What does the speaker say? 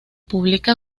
publica